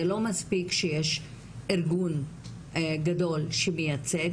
זה לא מספיק שיש ארגון גדול שמיצג,